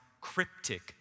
cryptic